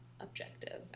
objective